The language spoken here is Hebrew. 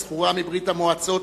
הזכורה מברית-המועצות,